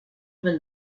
been